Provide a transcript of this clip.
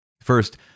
First